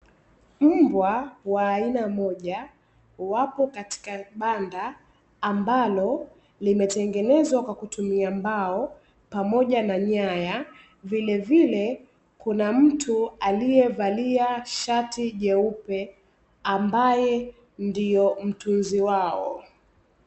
Mbwa wa aina mmoja wapo katika banda, ambalo limetengenezwa kwa mbao pamoja na nyaya, vilevile kuna mtu alievalia shati jeupe ambae ndomtunzi wao.